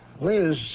Liz